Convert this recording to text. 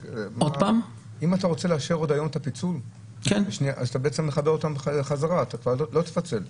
אתה בעצם מחבר אותם בחזרה, לא תפצל.